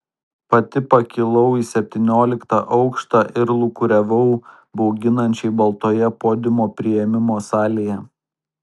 pati pakilau į septynioliktą aukštą ir lūkuriavau bauginančiai baltoje podiumo priėmimo salėje